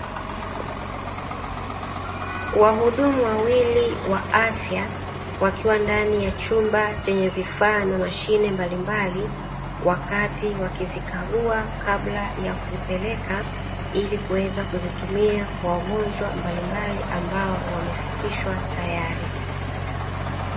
Wahudumu wawili wa afya wakiwa ndani ya chumba, chenye vifaa na mashine mbalimbali wakati wakizikagua kabla ya kuzipeleka ili kwenda kuzitumia kwa wagonjwa mbalimbali ambao wamefikishwa tayari.